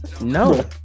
No